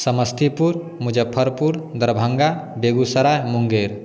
Samastipur Muzaffarpur Darbhanga Begusarai Munger